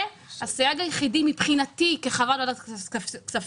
זה הסייג היחיד מבחינתי, כחברת ועדת הכספים.